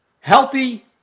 Healthy